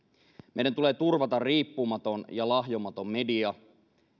meidän tulee turvata riippumaton ja lahjomaton media